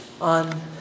on